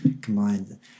combined